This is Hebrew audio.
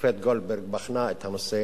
השופט גולדברג, בחנה את הנושא